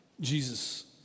Jesus